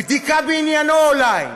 "בדיקה בעניינו" אולי.